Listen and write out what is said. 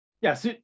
yes